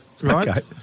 Right